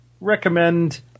recommend